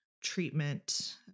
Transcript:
treatment